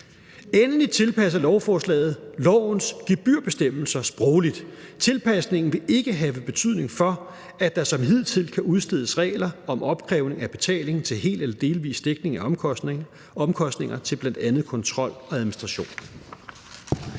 Endelig tilpasser lovforslaget lovens gebyrbestemmelser sprogligt. Tilpasningen vil ikke have betydning for, at der som hidtil kan udstedes regler om opkrævning af betaling til hel eller delvis dækning af omkostninger til bl.a. kontrol og administration.